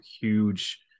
huge